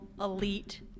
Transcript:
elite